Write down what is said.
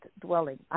dwelling